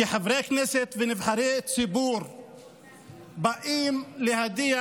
כי חברי כנסת ונבחרי ציבור באים להדיח